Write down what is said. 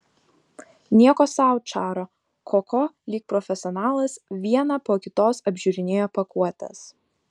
nieko sau čaro koko lyg profesionalas vieną po kitos apžiūrinėjo pakuotes